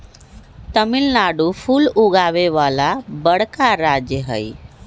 तमिलनाडु फूल उगावे वाला बड़का राज्य हई